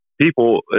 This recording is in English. people